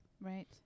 Right